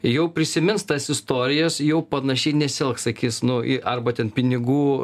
jau prisimins tas istorijas jau panašiai nesielgs sakys nu i arba ten pinigų